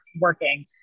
working